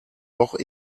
doch